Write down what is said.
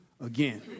again